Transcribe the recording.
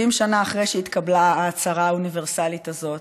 70 שנה אחרי שהתקבלה ההצהרה האוניברסלית הזאת,